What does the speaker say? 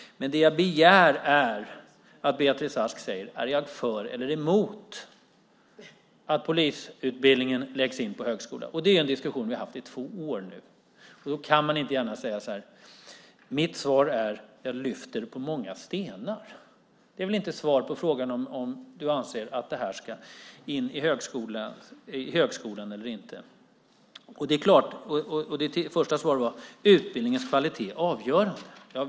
Men det jag begär är att Beatrice Ask säger om hon är för eller emot att polisutbildningen läggs på högskola. Det är en diskussion vi har haft i två år. Då kan man inte gärna säga: Mitt svar är att jag vänder på många stenar. Det är inget svar på frågan om du anser att detta ska in i högskolan eller inte. Ditt första svar var att utbildningens kvalitet är avgörande.